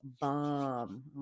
bomb